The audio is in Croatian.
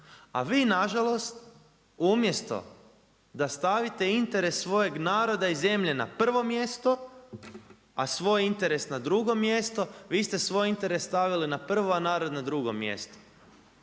A vi nažalost, umjesto da stavite interes svojeg naroda i zemlje na prvo mjesto, a svoj interes na drugo mjesto vi ste svoj interes stavili na prvo, a narod na drugo mjesto.